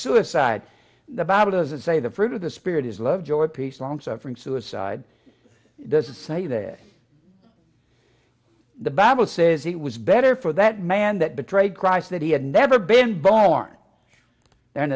suicide the bible doesn't say the fruit of the spirit is love joy peace longsuffering suicide doesn't say that the bible says it was better for that man that betrayed christ that he had never been born